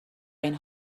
این